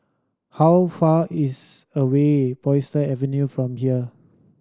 how far is away Avenue from here